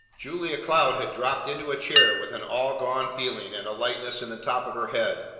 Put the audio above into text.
julia cloud had dropped into a chair with an all-gone feeling and a lightness in the top of her head.